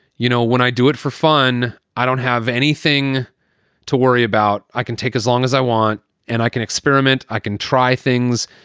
you know, when i do it for fun, i don't have anything to worry about. i can take as long as i want and i can experiment. i can try things.